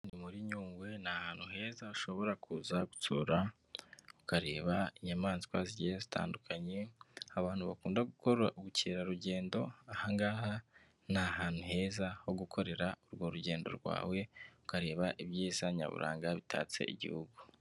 Muri Nyungwe ni ahantu heza ushobora kuza gusura ukareba inyamaswa zigiye zitandukanye. Abantu bakunda gukora ubukerarugendo aha ngaha ni ahantu heza ho gukorera urwo rugendo rwawe ukareba ibyiza nyaburanga bitatse igihugu.